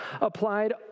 applied